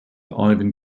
ivan